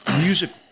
music